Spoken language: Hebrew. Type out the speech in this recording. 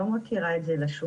שאז ניתן לקנות את התמ"ל